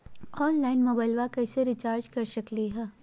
Online मोबाइलबा कैसे recharge कर सकलिए है?